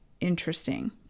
interesting